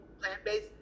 plant-based